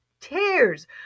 Tears